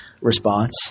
response